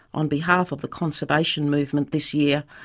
on behalf of the conservation movement this year,